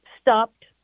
stopped